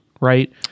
right